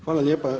Hvala lijepo.